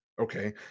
okay